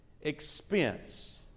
expense